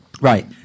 Right